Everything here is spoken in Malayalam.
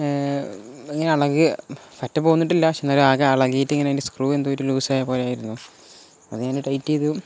ഇങ്ങനെ ഇളകി പറ്റി പോന്നിട്ടില്ല പക്ഷെ അന്നേരം ആകെ ഇളകിയിട്ട് ഇങ്ങനെ അതിൻ്റെ സ്ക്രൂ എന്തോ ഒരു ലൂസ് ആയ പോലെയായിരുന്നു അത് ഞാൻ ടൈറ്റ് ചെയ്തു